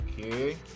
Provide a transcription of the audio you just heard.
Okay